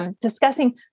discussing